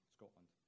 Scotland